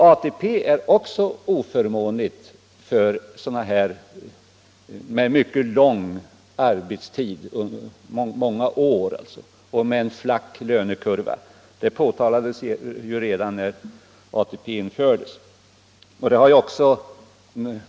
ATP slår också på ett oförmånligt sätt för människor med många års arbete och en flack lönekurva. Det påtalades redan när ATP infördes.